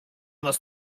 nas